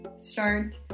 start